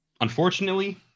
unfortunately